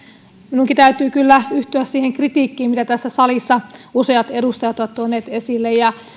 minunkin täytyy kyllä yhtyä siihen kritiikkiin mitä tässä salissa useat edustajat ovat tuoneet esille ja